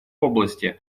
области